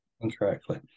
Incorrectly